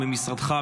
ממשרדך,